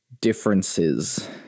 differences